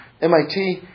MIT